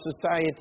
society